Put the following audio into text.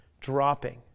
dropping